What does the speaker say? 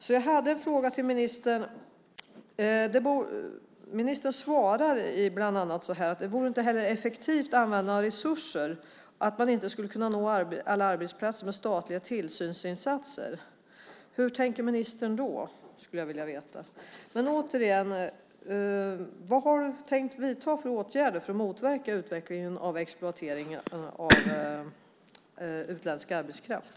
Någon annan kan uppmärksamma situationen. Ministern svarade mig bland annat att det "vore inte heller ett effektivt användande av resurserna", det vill säga att man inte skulle nå alla arbetsplatser med statliga tillsynsinsatser. Hur tänker ministern då? Vad har ministern tänkt att vidta för åtgärder för att motverka utvecklingen av exploateringen av utländsk arbetskraft?